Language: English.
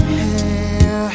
hair